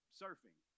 surfing